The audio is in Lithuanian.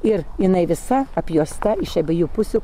ir jinai visa apjuosta iš abiejų pusių